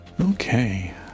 okay